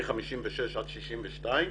מ-1956 עד 1962,